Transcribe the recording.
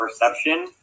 perception